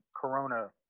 corona